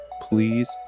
please